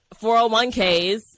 401Ks